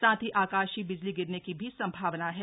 साथ ही आकाशीय बिजली गिरने की भी संभावना है